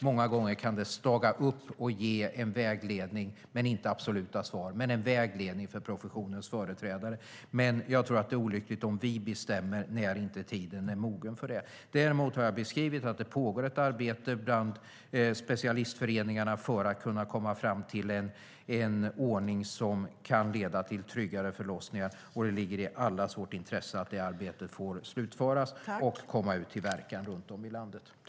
Många gånger kan det staga upp och ge en vägledning, inte absoluta svar men en vägledning, för professionens företrädare. Jag tycker att det är olyckligt om vi bestämmer något nu när tiden inte är mogen än. Jag har beskrivit att det pågår ett arbete bland specialistföreningarna för att komma fram till en ordning som kan leda till tryggare förlossningar. Det ligger i allas vårt intresse att det arbetet får slutföras och börjar göra verkan runt om i landet.